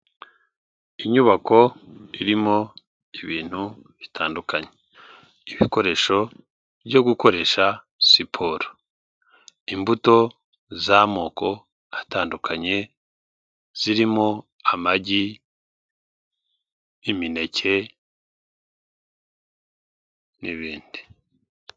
Inyubako irimo ibintu bitandukanye, ibikoresho byo gukoresha siporo, imbuto z'amoko atandukanye zirimo amagi, imineke n'ibindi.